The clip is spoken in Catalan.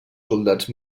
soldats